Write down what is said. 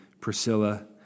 Priscilla